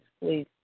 please